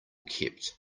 kept